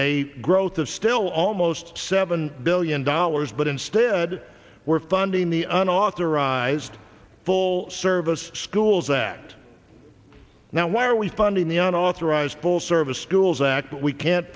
a growth of still almost seven billion dollars but instead we're funding the unauthorised full service schools that now why are we funding the unauthorised full service schools act we can't